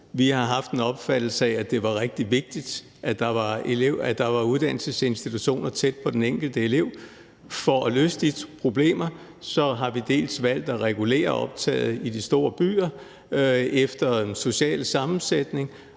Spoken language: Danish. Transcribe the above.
Vi har haft en opfattelse af, at det var rigtig vigtigt, at der var uddannelsesinstitutioner tæt på den enkelte elev. For at løse de problemer har vi valgt at regulere optaget i de store byer efter den sociale sammensætning,